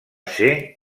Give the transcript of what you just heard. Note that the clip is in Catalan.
ser